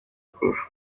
kurusha